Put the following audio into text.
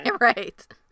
Right